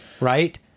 right